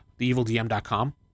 theevildm.com